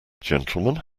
gentlemen